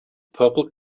purple